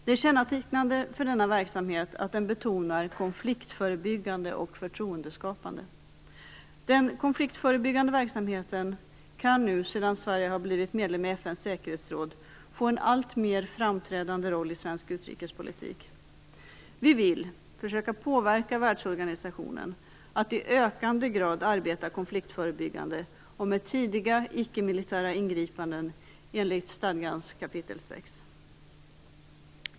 Det är kännetecknande för denna verksamhet att den betonar konfliktförebyggande och förtroendeskapande. Den konfliktförebyggande verksamheten kan nu, sedan Sverige har blivit medlem i FN:s säkerhetsråd, få en alltmer framträdande roll i svensk utrikespolitik. Vi vill försöka påverka världsorganisationen att i ökande grad arbeta konfliktförebyggande och med tidiga icke-militära ingripanden enligt stadgans kap. 6.